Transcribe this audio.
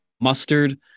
mustard